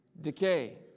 decay